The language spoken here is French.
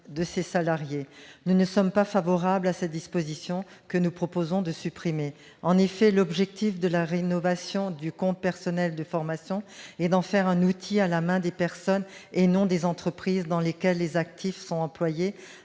Nous ne sommes pas favorables à ces dispositions, que nous proposons de supprimer. En effet, l'objectif de la rénovation du compte personnel de formation est d'en faire un outil à la main des personnes, et non des entreprises dans lesquelles les actifs sont employés